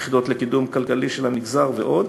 יחידות לקידום כלכלי של המגזר ועוד.